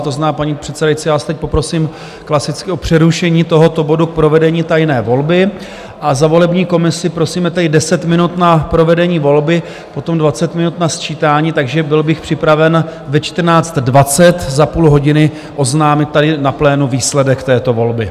To znamená, paní předsedající, já vás teď poprosím klasicky o přerušení tohoto bodu k provedení tajné volby a za volební komisi prosíme tedy 10 minut na provedení volby, potom 20 minut na sčítání, takže byl bych připraven ve 14.20, za půl hodiny, oznámit tady na plénu výsledek této volby.